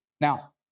Now